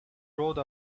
rode